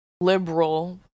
liberal